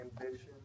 ambition